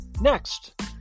Next